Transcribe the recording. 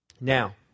Now